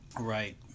Right